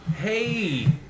Hey